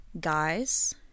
guys